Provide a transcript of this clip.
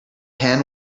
hen